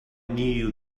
knew